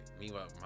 meanwhile